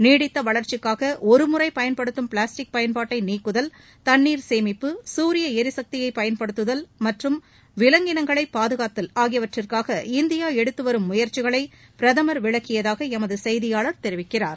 நீடித்த வளர்ச்சிக்காக ஒரு முறை பயன்படுத்தும் பிளாஸ்டிக் பயன்பாட்டை நீக்குதல் தண்ணீர் சேமிப்பு சூரிய எரிசக்தியை பயன்படுத்துதல் மற்றும் விலங்கினங்களை பாதுகாத்தல் ஆகியவற்றுக்காக இந்தியா எடுத்து வரும் முயற்சிகளை பிரதமர் விளக்கியதாக எமது செய்தியாளர் தெரிவிக்கிறார்